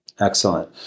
Excellent